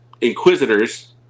Inquisitors